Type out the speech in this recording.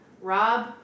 Rob